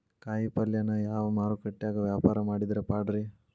ಕಾಯಿಪಲ್ಯನ ಯಾವ ಮಾರುಕಟ್ಯಾಗ ವ್ಯಾಪಾರ ಮಾಡಿದ್ರ ಪಾಡ್ರೇ?